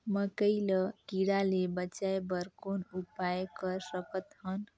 मकई ल कीड़ा ले बचाय बर कौन उपाय कर सकत हन?